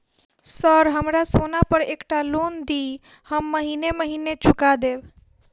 Sir हमरा सोना पर एकटा लोन दिऽ हम महीने महीने चुका देब?